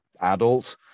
adult